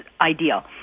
ideal